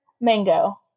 Mango